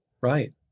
Right